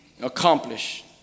Accomplish